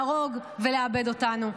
להרוג ולאבד אותנו.